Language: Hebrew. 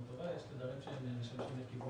ויש תדרים שהם משמשים ל-...